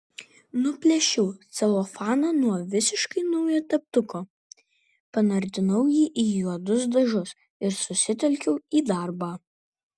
nuplėšiau celofaną nuo visiškai naujo teptuko panardinau jį į juodus dažus ir susitelkiau į darbą